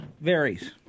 varies